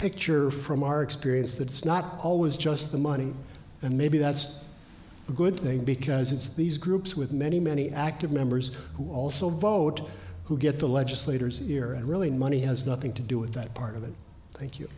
picture from our experience that it's not always just the money and maybe that's a good thing because it's these groups with many many active members who also vote who get the legislators here and really money has nothing to do with that part of it thank you